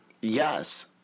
Yes